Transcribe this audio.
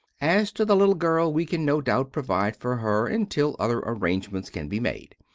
as to the little girl, we can no doubt provide for her until other arrangements can be made.